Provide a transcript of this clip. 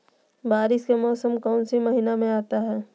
बारिस के मौसम कौन सी महीने में आता है?